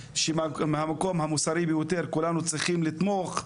שמהמקום המוסרי ביותר כולנו צריכים לתמוך.